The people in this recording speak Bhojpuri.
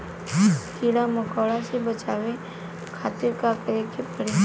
कीड़ा मकोड़ा से बचावे खातिर का करे के पड़ी?